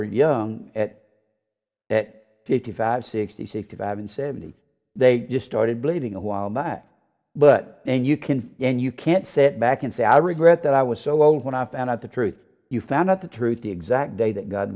young fifty five sixty sixty five and seventy they just started bleeding a while back but then you can and you can't sit back and say i regret that i was so old when i found out the truth you found out the truth the exact day that god